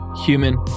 human